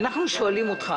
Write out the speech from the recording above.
אנחנו שואלים אותך.